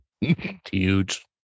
Huge